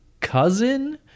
cousin